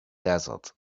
desert